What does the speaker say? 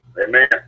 Amen